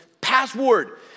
password